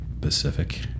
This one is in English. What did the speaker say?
Pacific